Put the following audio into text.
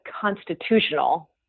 constitutional